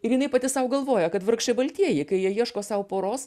ir jinai pati sau galvoja kad vargšai baltieji kai jie ieško sau poros